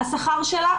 השכר שלה,